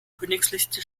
königsliste